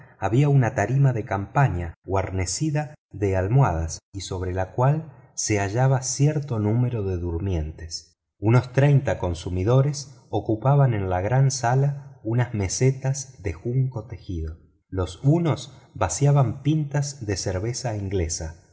había una tarima de campaña guarnecida de almohadas y sobre la cual se hallaba cierto número de durmientes unos treinta consumidores ocupaban en la gran sala unas mesetas de junco tejido los unos vaciaban pintas de cerveza inglesa